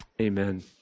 Amen